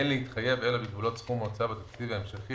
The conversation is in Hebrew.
אין להתחייב אלא בגבולות סכום ההוצאה בתקציב ההמשכי,